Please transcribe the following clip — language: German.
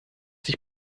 sich